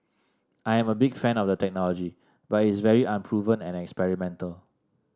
I am a big fan of the technology but is very unproven and experimental